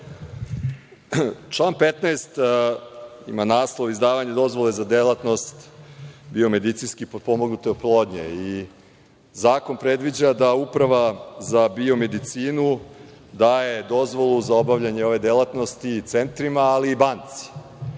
Član 15. ima naslov – Izdavanje dozvole za delatnost biomedicinski potpomognute oplodnje. Zakon predviđa da Uprava za biomedicinu daje dozvolu za obavljanje ove delatnosti centrima, ali i banci.